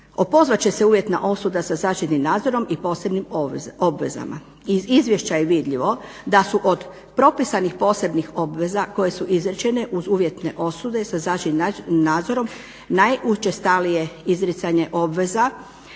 opozvat će se uvjetna osuda sa zaštitnim nadzorom i posebnim obvezama. Iz izvješća je vidljivo da su od propisnih posebnih obveza koje su izrečene uz uvjetne osude sa zaštitnim nadzorom najučestalije izricanje obveza